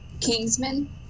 Kingsman